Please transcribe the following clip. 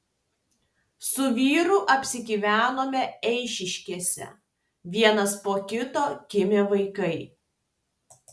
su vyru apsigyvenome eišiškėse vienas po kito gimė vaikai